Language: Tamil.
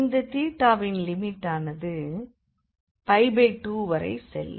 இந்த தீட்டாவின் லிமிட்டானது 2வரை செல்லும்